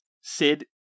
Sid